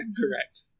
Correct